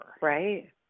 Right